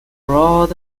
broad